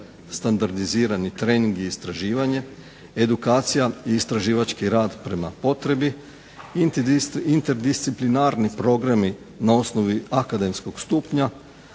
standardizirani trening i istraživanje, edukacija i istraživački rad prema potrebi, interdisciplinarni programi na osnovi akademskog stupnja,